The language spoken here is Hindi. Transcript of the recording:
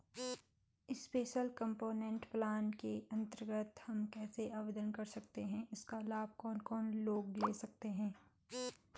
स्पेशल कम्पोनेंट प्लान के अन्तर्गत हम कैसे आवेदन कर सकते हैं इसका लाभ कौन कौन लोग ले सकते हैं?